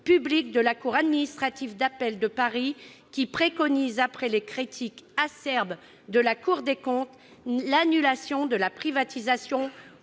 public de la cour administrative d'appel de Paris, qui préconise, après les critiques acerbes de la Cour des comptes, l'annulation de la privatisation,